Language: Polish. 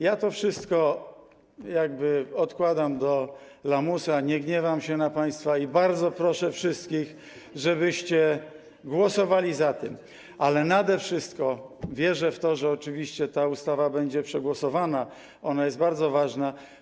Ja to wszystko odkładam do lamusa, nie gniewam się na państwa i bardzo proszę wszystkich, żebyście głosowali za tym, ale nade wszystko wierzę w to, że oczywiście ta ustawa będzie przegłosowana, ona jest bardzo ważna.